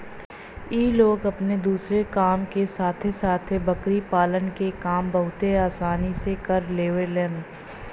इ लोग अपने दूसरे काम के साथे साथे बकरी पालन के काम बहुते आसानी से कर लेवलन